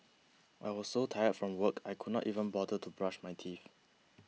I was so tired from work I could not even bother to brush my teeth